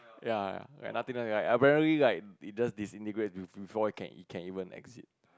ya ya like nothing okay right apparently like it's just disintegrate before before it can it can even exit